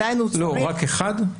רק אחד?